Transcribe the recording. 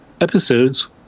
episodes